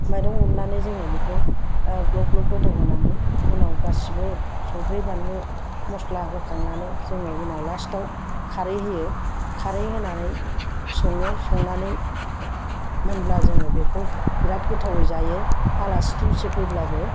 माइरं हरनानै जोङो बेखौ ग्लब ग्लब गोदौहोनानै उनाव गासैबो संख्रि बानलु मास्ला होखांनानै जोङो उनाव लास्टआव खारै होयो खारै होनानै सङो संनानै मोनब्ला जोङो बेखौ बिराद गोथावै जायो आलासि दुमसि फैब्लाबो